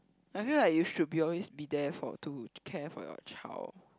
I feel like you should be always be there for to care for your child